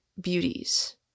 beauties